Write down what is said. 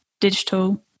digital